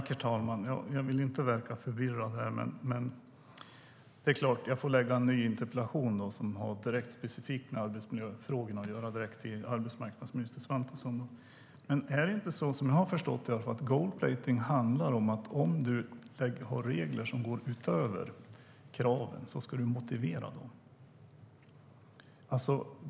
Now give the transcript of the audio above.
Herr talman! Jag vill inte verka förvirrad. Det är klart att jag får ställa en ny interpellation som har specifikt med arbetsmiljöfrågorna att göra direkt till arbetsmarknadsminister Svantesson. Men som jag har förstått det handlar gold-plating om att du, om du har regler som går utöver kraven, ska motivera dem.